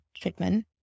treatment